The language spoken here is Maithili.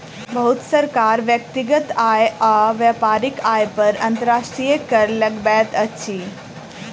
बहुत सरकार व्यक्तिगत आय आ व्यापारिक आय पर अंतर्राष्ट्रीय कर लगबैत अछि